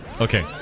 Okay